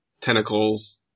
tentacles